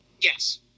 Yes